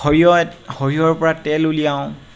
সৰিয়হ সৰিয়হৰ পৰা তেল উলিয়াওঁ